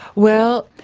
well,